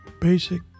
basic